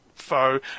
foe